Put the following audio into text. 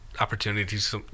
opportunities